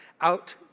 out